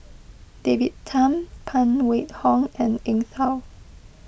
David Tham Phan Wait Hong and Eng Tow